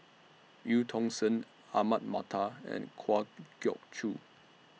EU Tong Sen Ahmad Mattar and Kwa Geok Choo